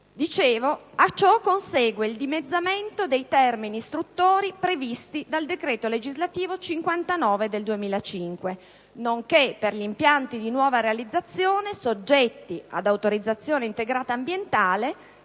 prima, consegue il dimezzamento dei termini istruttori previsti dal decreto legislativo n. 59 del 2005. Lo stesso vale per gli impianti di nuova realizzazione soggetti ad autorizzazione integrata ambientale,